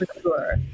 sure